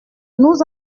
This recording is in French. nous